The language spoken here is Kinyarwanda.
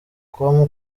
com